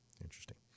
interesting